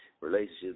relationships